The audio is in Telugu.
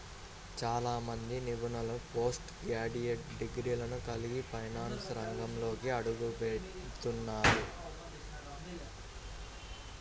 చాలా మంది నిపుణులు పోస్ట్ గ్రాడ్యుయేట్ డిగ్రీలను కలిగి ఫైనాన్స్ రంగంలోకి అడుగుపెడుతున్నారు